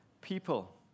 people